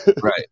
right